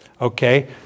Okay